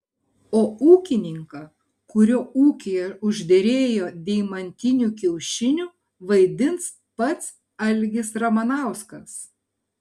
o ūkininką kurio ūkyje užderėjo deimantinių kiaušinių vaidins pats algis ramanauskas